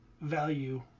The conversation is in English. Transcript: value